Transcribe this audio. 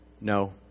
No